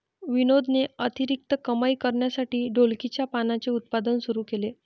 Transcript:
विनोदने अतिरिक्त कमाई करण्यासाठी ढोलकीच्या पानांचे उत्पादन सुरू केले